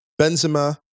Benzema